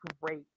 great